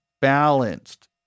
balanced